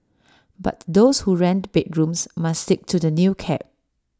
but those who rent bedrooms must stick to the new cap